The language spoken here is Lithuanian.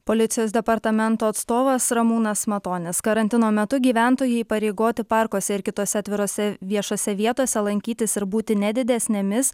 policijos departamento atstovas ramūnas matonis karantino metu gyventojai įpareigoti parkuose ir kitose atvirose viešose vietose lankytis ir būti ne didesnėmis